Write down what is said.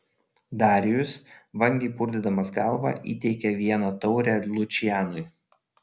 darijus vangiai purtydamas galvą įteikė vieną taurę lučianui